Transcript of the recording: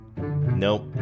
nope